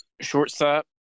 Shortstop